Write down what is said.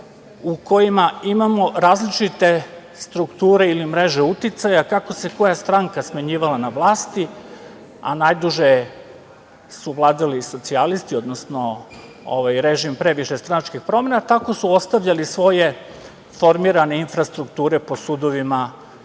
u kojima imamo različite strukture ili mreže uticaja, kako se koja stranka smenjivala na vlasti, a najduže su vladali socijalisti, odnosno režim pre višestranačkih promena tako su ostavljali svoje formirane infrastrukture po sudovima